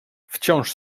wciąż